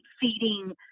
feeding